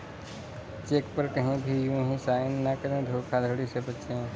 check पर कहीं भी यू हीं साइन न करें धोखाधड़ी से बचे